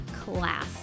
class